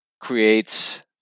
creates